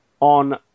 on